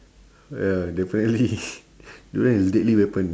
ya definitely durian is deadly weapon